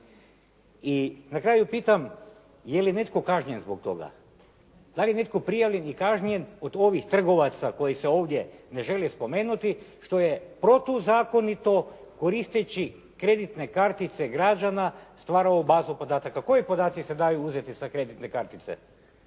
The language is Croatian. I na kraju pitam je li netko kažnjen zbog toga? Da li je netko prijavljen i kažnjen od ovih trgovaca koji se ovdje ne žele spomenuti, što je protuzakonito koristeći kreditne kartice građana stvaralo bazu podataka. Koji podaci se daju uzeti sa kreditne kartice?